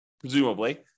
presumably